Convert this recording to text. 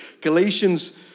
Galatians